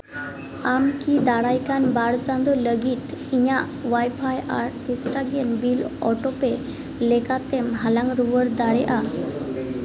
ᱟᱢ ᱠᱤ ᱫᱟᱨᱟᱭ ᱠᱟᱱ ᱵᱟᱨ ᱪᱟᱸᱫᱚ ᱞᱟᱹᱜᱤᱫ ᱤᱧᱟᱹᱜ ᱚᱣᱟᱭᱯᱷᱟᱭ ᱟᱨ ᱯᱷᱟᱥᱴᱮᱜ ᱵᱤᱞ ᱚᱴᱳ ᱯᱮ ᱞᱮᱠᱟᱛᱮᱢ ᱦᱟᱞᱟ ᱨᱩᱭᱟᱹᱲ ᱫᱟᱲᱮᱜᱼᱟ